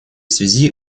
связи